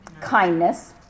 kindness